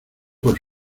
por